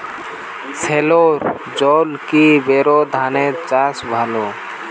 সেলোর জলে কি বোর ধানের চাষ ভালো?